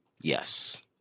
Yes